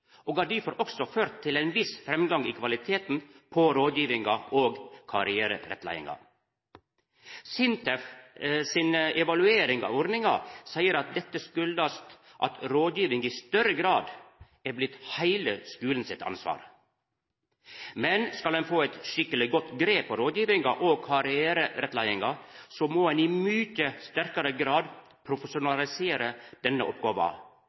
og har difor også ført til ein viss framgang i kvaliteten på rådgivinga og karriererettleiinga. SINTEF si evaluering av ordninga seier at dette skuldast at rådgiving i større grad har blitt heile skulen sitt ansvar. Men skal ein få eit skikkeleg godt grep på rådgivinga og karriererettleiinga, må ein i mykje sterkare grad profesjonalisera denne oppgåva,